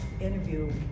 interview